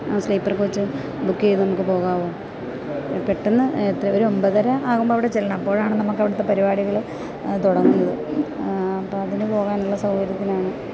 ആ sleeper coach book ചെയ്ത് നമുക്ക് പോകാമോ പെട്ടെന്ന് എത്ര ഒരു ഒമ്പതരയാകുമ്പോള് അവിടെ ചെല്ലണം അപ്പോഴാണ് നമുക്ക് അവിടുത്തെ പരിപാടികള് തുടങ്ങുന്നത് അപ്പോള് അതിന് പോകാനുള്ള സൗകര്യത്തിനാണ്